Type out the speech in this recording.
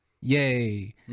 Yay